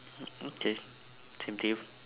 okay same to you